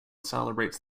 celebrates